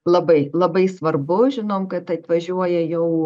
labai labai svarbu žinom kad atvažiuoja jau